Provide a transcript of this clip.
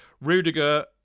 Rudiger